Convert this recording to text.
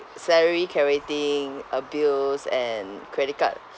salary crediting uh bills and credit card